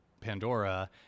Pandora